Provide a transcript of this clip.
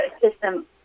system